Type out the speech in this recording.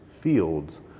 fields